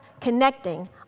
connecting